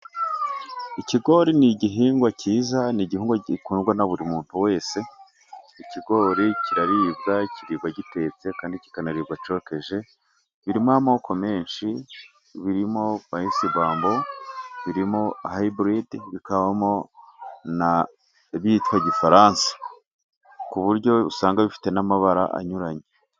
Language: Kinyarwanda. Ikigori ni igihingwa kiza, ni igihingwa gikundwa na buri muntu wese, ikigori kiraribwa, kiribwa gitetse, kandi kikanaribwa cyokeje, birimo amoko menshi, birimo vayisi bambo, birimo hayiburide, bikabamo ibyitwa difaranse, ku buryo usanga bifite n'amabara anyuranye.